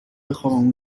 بخابم